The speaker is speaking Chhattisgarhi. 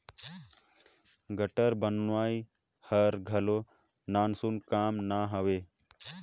गारंटर बनई हर घलो नानसुन काम ना हवे